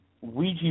Ouija